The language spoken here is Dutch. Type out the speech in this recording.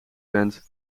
bent